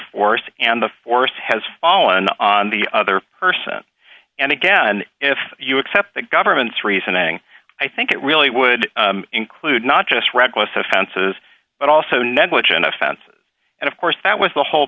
force and the force has fallen on the other person and again if you accept the government's reasoning i think it really would include not just reckless offenses but also negligent offenses and of course that was the whole